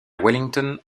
wellington